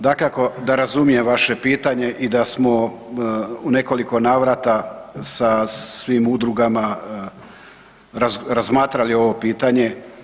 Dakako da razumijem vaše pitanje i da smo u nekoliko navrata sa svim udrugama razmatrali ovo pitanje.